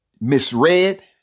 misread